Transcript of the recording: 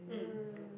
mm